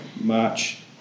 March